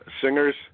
singers